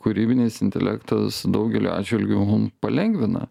kūrybinis intelektas daugeliu atžvilgiu mum palengvina